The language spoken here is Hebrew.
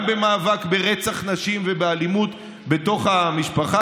גם במאבק ברצח נשים ובאלימות בתוך המשפחה.